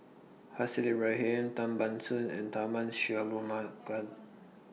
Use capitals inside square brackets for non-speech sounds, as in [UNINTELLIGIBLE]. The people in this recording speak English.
Haslir Ibrahim Tan Ban Soon and Tharman [UNINTELLIGIBLE]